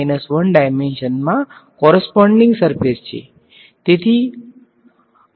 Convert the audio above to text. main idea એ છે કે જો મારી પાસે ડાબી બાજુએ N ડાયમેંશનમા વોલ્યુમ છે તો મારી પાસે જમણી બાજુએ N 1 ડાયમેંશનમા કોરસપોંડીગ સર્ફેસ છે